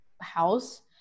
house